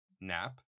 nap